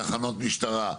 תחנות משטרה,